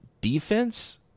defense